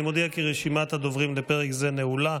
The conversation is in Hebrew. אני מודיע כי רשימת הדוברים לפרק זה נעולה.